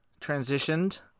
transitioned